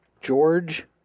George